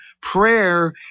prayer